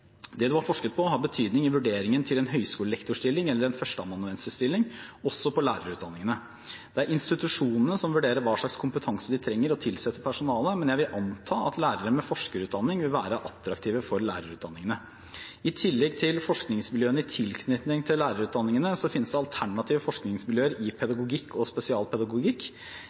Det det er forsket på, har betydning i vurderingen til en høyskolelektorstilling eller en førsteamanuensisstilling også på lærerutdanningene. Det er institusjonene som vurderer hva slags kompetanse de trenger, og som tilsetter personalet, men jeg vil anta at lærere med forskerutdanning vil være attraktive for lærerutdanningene. I tillegg til forskningsmiljøene i tilknytning til lærerutdanningene finnes det alternative forskningsmiljøer i pedagogikk og spesialpedagogikk.